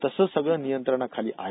तसं सगळं नियंत्रणाखाली आहे